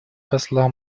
посла